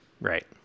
Right